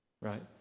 Right